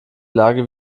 lage